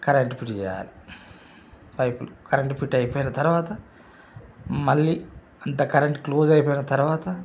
current fit చేయాలి పైపులు current fit అయిపోయిన తర్వాత మళ్ళీ అంతా కరంటు క్లోజ్ అయిపోయిన తర్వాత